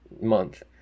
month